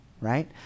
right